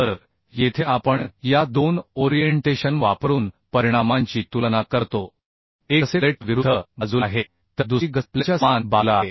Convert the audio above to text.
तर येथे आपण या दोन ओरिएंटेशन वापरून परिणामांची तुलना करतो एक गसेट प्लेटच्या विरुद्ध बाजूला आहे तर दुसरी गसेट प्लेटच्या समान बाजूला आहे